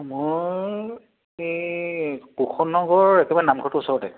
মোৰ এই কুষন নগৰ একেবাৰে নামঘৰটোৰ ওচৰতে